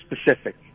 specific